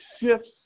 shifts